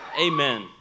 Amen